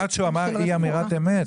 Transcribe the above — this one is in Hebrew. אמרת שהוא אמר אי אמירת אמת,